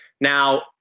Now